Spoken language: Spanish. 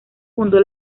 fundó